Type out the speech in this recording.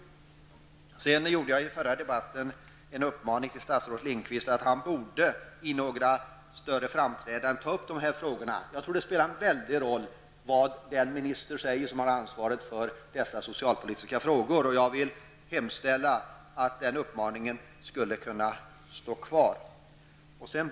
I den förra debatten uppmanade jag statsrådet Bengt Lindqvist att han vid några större framträdanden borde ta upp dessa frågor till diskussion. Jag tror nämligen det spelar mycket stor roll vad den minister säger som har ansvaret för dessa socialpolitiska frågor. Jag hemställer att den uppmaningen får stå kvar.